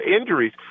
injuries